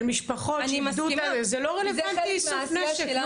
של משפחות, זה לא רלוונטי איסוף נשק.